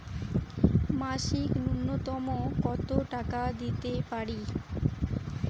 মাসিক নূন্যতম কত টাকা দিতে পারি?